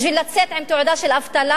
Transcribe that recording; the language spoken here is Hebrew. בשביל לצאת עם תעודה של אבטלה?